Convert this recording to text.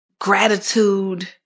gratitude